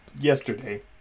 Yesterday